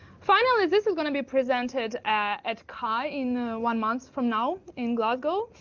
finally, this is going to be presented at cai in one month from now in glasgow.